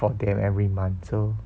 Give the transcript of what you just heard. for them every month so